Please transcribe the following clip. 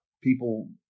people